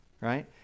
right